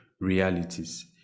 realities